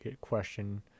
question